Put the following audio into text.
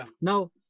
Now